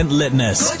litness